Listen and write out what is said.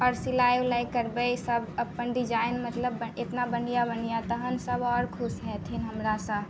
आओर सिलाइ उलाइ करबे सभ अपन डिजाइन मतलब इतना बढ़िऑं बढ़िऑं तखन सभ आओर खुश हेथिन हमरा सँ